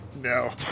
No